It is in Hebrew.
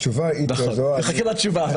התשובה אם -- נחכה לתשובה.